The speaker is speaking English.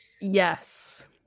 yes